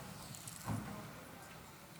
תשתה לאט